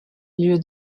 lieu